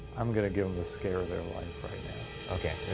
i'm gonna give em the scare of their life right